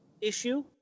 issue